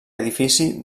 edifici